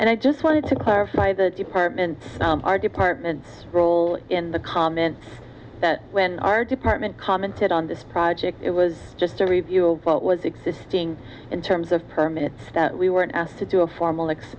and i just wanted to clarify the department our department role in the comment that when our department commented on this project it was just a review of what was existing in terms of permit stat we weren't asked to do a formal